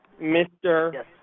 Mr